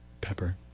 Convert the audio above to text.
pepper